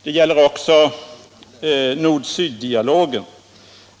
Det gäller också nord-syddialogen.